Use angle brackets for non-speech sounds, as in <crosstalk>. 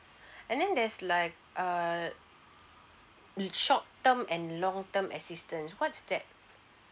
<breath> and then there's like err short term and long term assistance what's that